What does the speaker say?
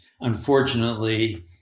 Unfortunately